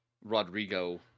Rodrigo